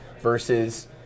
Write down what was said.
versus